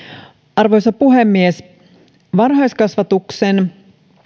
arvoisa puhemies varhaiskasvatuksen